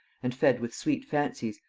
and fed with sweet fancies,